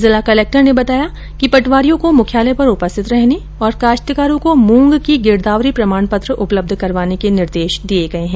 जिला कलक्टर दिनेश चन्द जैन ने बताया कि पटवारियों को मुख्यालय पर उपस्थित रहने और काश्तकारों को मूंग की गिरदावरी प्रमाण पत्र उपलब्ध करवाने के निर्देश दिये गये है